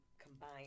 combine